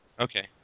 Okay